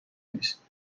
نیست